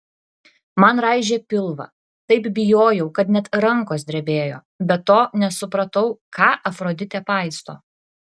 man raižė pilvą taip bijojau kad net rankos drebėjo be to nesupratau ką afroditė paisto